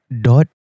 dot